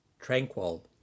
Tranquil